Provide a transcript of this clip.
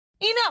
Enough